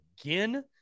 again